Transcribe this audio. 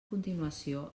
continuació